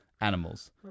animals